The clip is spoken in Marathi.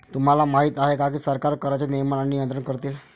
तुम्हाला माहिती आहे का की सरकार कराचे नियमन आणि नियंत्रण करते